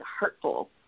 hurtful